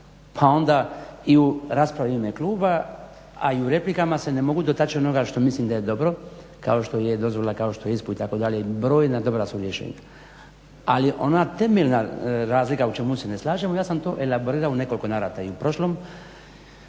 pa onda i u raspravi u ime kluba, a i u replikama se ne mogu dotaći onoga što mislim da je dobro kao što je dozvola, kao što je ISPU itd. i brojna su dobra rješenja. Ali ona temeljna razlika u čemu se ne slažemo ja sam to elaborirao u nekoliko navrata i u prošloj